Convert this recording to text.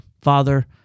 Father